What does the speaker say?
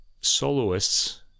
soloists